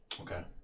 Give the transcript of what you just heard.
Okay